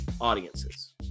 audiences